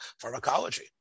pharmacology